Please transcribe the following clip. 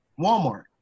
Walmart